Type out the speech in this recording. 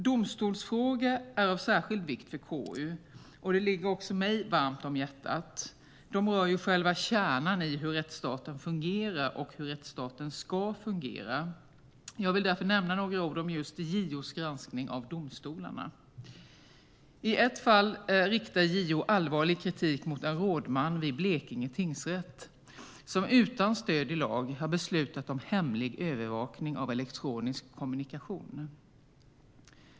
Domstolsfrågor är av särskild vikt för KU. De ligger också mig varmt om hjärtat. De rör ju själva kärnan i hur rättsstaten fungerar och hur rättsstaten ska fungera. Jag vill därför säga några ord om just JO:s granskning av domstolarna. I ett fall riktar JO allvarlig kritik mot en rådman vid Blekinge tingsrätt som utan stöd i lag har beslutat om hemlig övervakning av elektronisk kommunikation.